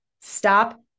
stop